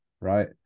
right